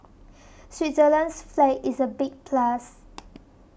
Switzerland's flag is a big plus